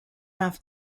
have